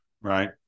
right